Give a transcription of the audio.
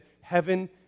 heaven